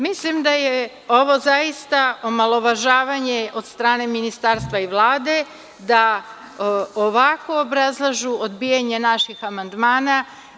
Mislim da je ovo zaista omalovažavanje od strane ministarstva i Vlade da ovako obrazlažu odbijanje naših amandmana.